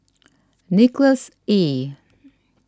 Nicholas Ee